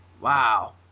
Wow